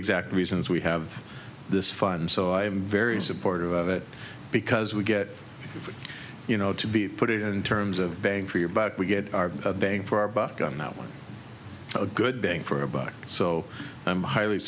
exact reasons we have this fund so i'm very supportive of it because we get it you know to be put it in terms of bang for your buck we get our bang for our buck on that one a good bang for a buck so i'm highly